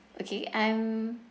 okay I'm